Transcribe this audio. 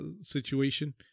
situation